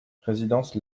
résidence